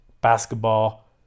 basketball